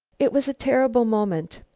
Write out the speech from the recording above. it was a terrible moment.